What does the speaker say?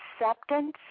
Acceptance